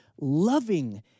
loving